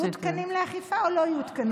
יהיו תקנים לאכיפה או לא יהיו תקנים לאכיפה?